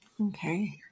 Okay